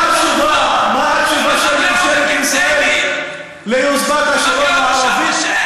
מה התשובה של ממשלת ישראל ליוזמת השלום הערבית?